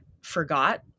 forgot